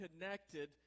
connected